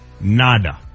Nada